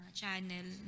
channel